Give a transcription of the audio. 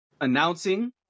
announcing